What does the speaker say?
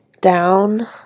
down